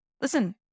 listen